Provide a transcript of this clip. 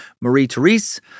Marie-Therese